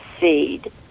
seed